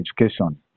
education